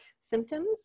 symptoms